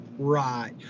right